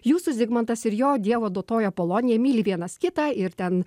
jūsų zigmantas ir jo dievo duotoji apolonija myli vienas kitą ir ten